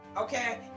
okay